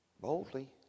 Boldly